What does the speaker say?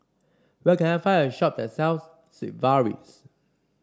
where can I find a shop that sells Sigvaris